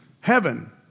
Heaven